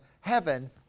heaven